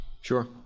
Sure